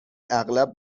اغلب